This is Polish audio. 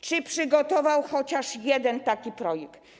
Czy przygotował chociaż jeden taki projekt?